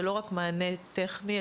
ולא רק מענה טכני,